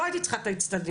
לא הייתי צריכה את האצטדיון,